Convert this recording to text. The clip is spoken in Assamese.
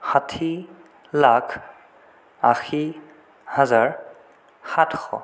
ষাঠি লাখ আশী হাজাৰ সাতশ